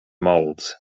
moulds